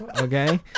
okay